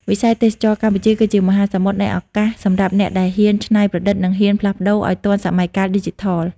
វិស័យទេសចរណ៍កម្ពុជាគឺជាមហាសមុទ្រនៃឱកាសសម្រាប់អ្នកដែលហ៊ានច្នៃប្រឌិត និងហ៊ានផ្លាស់ប្តូរឱ្យទាន់សម័យកាលឌីជីថល។